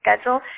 schedule